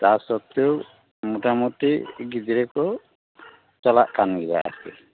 ᱛᱟ ᱥᱚᱛᱮᱣ ᱢᱳᱴᱟ ᱢᱩᱛᱤ ᱜᱤᱫᱽᱨᱟᱹ ᱠᱚ ᱪᱟᱞᱟᱜ ᱠᱟᱱ ᱜᱮᱭᱟ ᱟᱨᱠᱤ